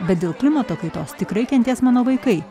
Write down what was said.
bet dėl klimato kaitos tikrai kentės mano vaikai